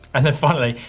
and then finally,